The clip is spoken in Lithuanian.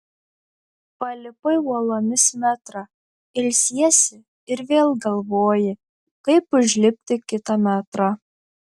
palipai uolomis metrą ilsiesi ir vėl galvoji kaip užlipti kitą metrą